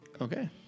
okay